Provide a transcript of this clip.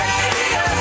Radio